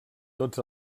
tots